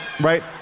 right